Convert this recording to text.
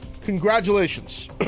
Congratulations